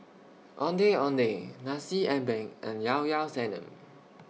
Ondeh Ondeh Nasi Ambeng and Llao Llao Sanum